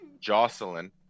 Jocelyn